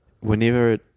whenever